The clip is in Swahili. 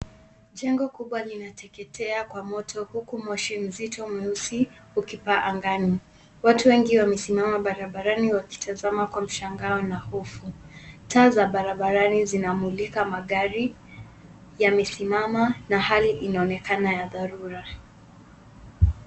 Jengo kubwa linateketea kwa moto huku moshi mzito mweusi ukipanda angani. Watu wengi wamesimama barabarani wakitazama kwa mshangao na hofu. Taa za barabarani zinamulika magari, yamesimama na hali inaonekana ya dharura.